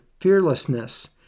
fearlessness